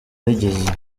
rigizwe